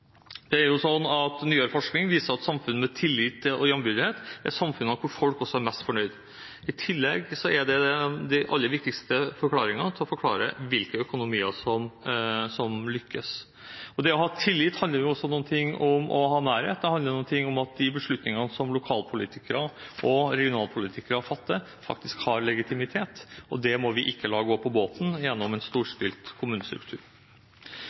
viser at de samfunnene med tillit og jevnbyrdighet, er de samfunnene hvor folk også er mest fornøyd. I tillegg er dette de aller viktigste forklaringene på hvilke økonomier som lykkes. Det å ha tillit handler også om å ha nærhet, og det handler om at de beslutningene som lokalpolitikere og regionalpolitikere fatter, har legitimitet, og det må vi ikke gi på båten gjennom en storstilt